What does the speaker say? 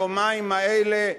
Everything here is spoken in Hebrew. היומיים האלה,